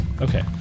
Okay